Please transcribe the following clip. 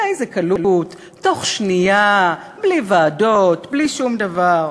באיזו קלות, תוך שנייה, בלי ועדות, בלי שום דבר.